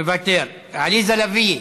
מוותר, עליזה לביא,